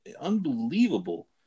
unbelievable